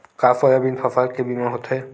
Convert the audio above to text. का सोयाबीन फसल के बीमा होथे?